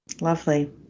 Lovely